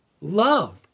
love